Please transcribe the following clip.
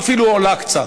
ואפילו עולה קצת.